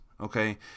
Okay